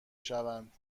شوند